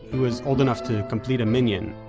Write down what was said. he was old enough to complete a minyan,